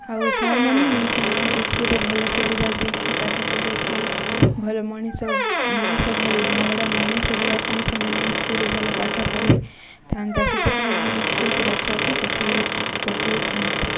ଆଉ ସାର୍ମାନେ ବି ସେମାନଙ୍କୁ ସ୍କୁଲ୍ରେ ଭଲ ସୁବିଧା ଦେଇକି ପାଠ ପଢ଼ିକି ଭଲ ମଣିଷ ମଣିଷ ଭଲ ବଡ଼ ମଣିଷ ହେବା ପାଇଁ ସେମାନେ ସ୍କୁଲ୍ରେ ଭଲ ପାଠ ପଢ଼େଇଥାନ୍ତା ସେଥିପାଇଁ ଆମେ ସ୍କୁଲ୍ ପିଲା ଛୁଆକୁ ପଠେଇ ପଠେଇଥାନ୍ତା